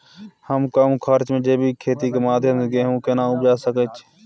हम कम खर्च में जैविक खेती के माध्यम से गेहूं केना उपजा सकेत छी?